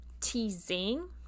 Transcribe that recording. teasing